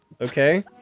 Okay